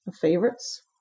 favorites